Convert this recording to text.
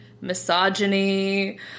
misogyny